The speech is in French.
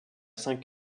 cinq